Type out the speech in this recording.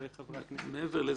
וחברי הכנסת --- מעבר לזה,